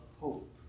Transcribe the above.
hope